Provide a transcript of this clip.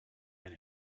men